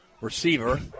receiver